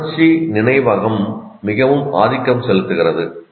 உணர்ச்சி நினைவகம் மிகவும் ஆதிக்கம் செலுத்துகிறது